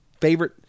favorite